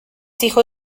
hijo